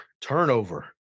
turnover